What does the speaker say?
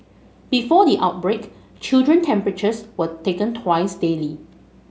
before the outbreak children temperatures were taken twice daily